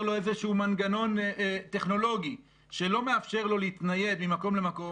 לו איזשהו מנגנון טכנולוגי שלא מאפשר לו להתנייד מקום למקום